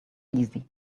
easy